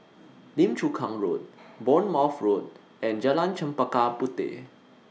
Lim Chu Kang Road Bournemouth Road and Jalan Chempaka Puteh